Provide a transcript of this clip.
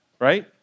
right